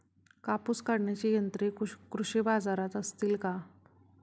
कापूस काढण्याची यंत्रे कृषी बाजारात असतील का?